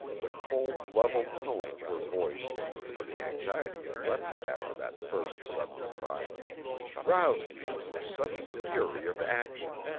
the cold, level tone of her voice for the anxiety had left it after that first sudden cry roused me to a sudden fury of action.